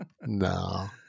No